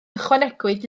ychwanegwyd